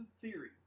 theory